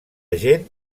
gent